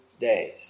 days